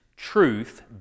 truth